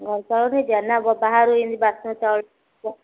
ହଁ ବାହାରୁ ଏମିତି ବାସ୍ନା ଚାଉଳ